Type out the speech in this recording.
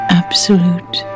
absolute